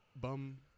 Bum